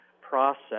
process